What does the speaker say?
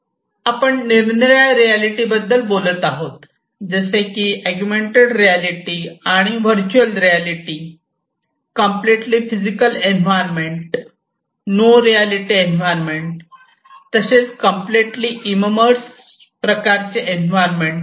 आपण आपण निरनिराळ्या रियालिटी बद्दल बोलत आहोत जसे की अगुमेन्टेड रियालिटी आणि virtual reality completely physical environment no reality environment तसेच कम्प्लीटली इममर्स प्रकारचे एन्व्हायरमेंट